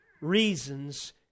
reasons